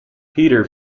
peter